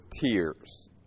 tears